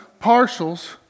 partials